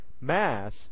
mass